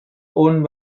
owned